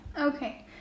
Okay